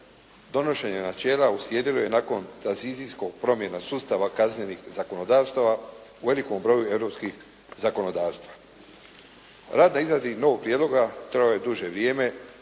Donošenje načela uslijedilo je nakon … /Govornik se ne razumije./ … promjena sustava kaznenih zakonodavstava u velikom dijelu europskih zakonodavstva. Rad na izradi novog prijedloga trajao je duže vrijeme.